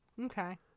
okay